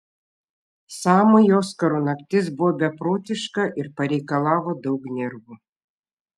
samui oskarų naktis buvo beprotiška ir pareikalavo daug nervų